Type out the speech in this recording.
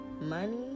money